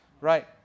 Right